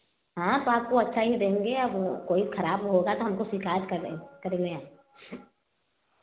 हाँ तो आपको अच्छा ही देंगे अब कोई खराब होगा तो आप हमको शिकायत करेंगे करने आ